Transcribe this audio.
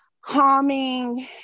calming